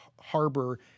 harbor